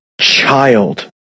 child